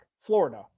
Florida